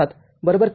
७ ३